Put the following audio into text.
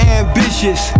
ambitious